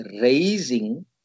raising